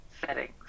settings